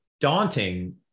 daunting